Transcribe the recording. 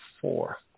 four